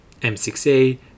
M6A